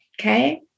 Okay